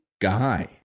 guy